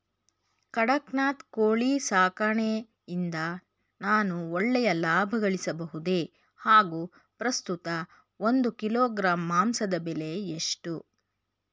ಕಡಕ್ನಾತ್ ಕೋಳಿ ಸಾಕಾಣಿಕೆಯಿಂದ ನಾನು ಒಳ್ಳೆಯ ಲಾಭಗಳಿಸಬಹುದೇ ಹಾಗು ಪ್ರಸ್ತುತ ಒಂದು ಕಿಲೋಗ್ರಾಂ ಮಾಂಸದ ಬೆಲೆ ಎಷ್ಟು?